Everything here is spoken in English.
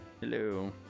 Hello